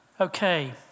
Okay